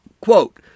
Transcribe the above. Quote